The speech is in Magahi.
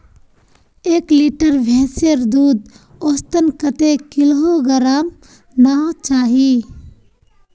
एक लीटर भैंसेर दूध औसतन कतेक किलोग्होराम ना चही?